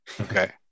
okay